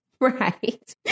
Right